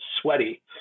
sweaty